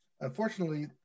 Unfortunately